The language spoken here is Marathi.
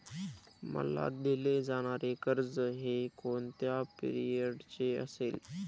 मला दिले जाणारे कर्ज हे कोणत्या पिरियडचे असेल?